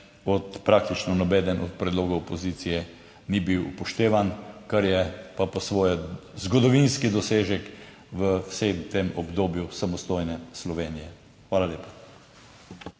od, praktično nobeden od predlogov opozicije ni bil upoštevan. Kar je pa po svoje zgodovinski dosežek v vsem tem obdobju samostojne Slovenije. Hvala lepa.